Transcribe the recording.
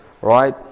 right